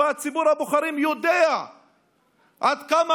גם שלנו,